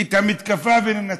את המתקפה וננצח.